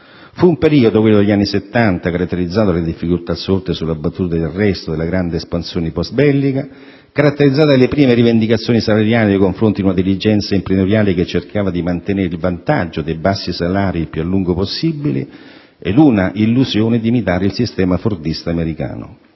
Fu un periodo, quello degli anni '70, caratterizzato dalle difficoltà sorte sulla battuta di arresto della grande espansione postbellica, contraddistinta dalle prime rivendicazioni salariali nei confronti di una dirigenza imprenditoriale che cercava di mantenere il vantaggio dei bassi salari il più a lungo possibile e da una illusione di imitare il sistema fordista americano.